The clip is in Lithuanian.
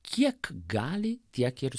kiek gali tiek ir